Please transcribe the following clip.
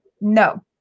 No